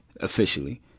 officially